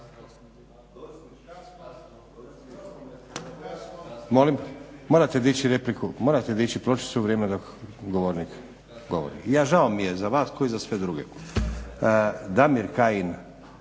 Morate dići repliku, morate dići pločicu u vrijeme dok govornik govori. Žao mi je, za vas kao i za sve druge. Damir Kajin,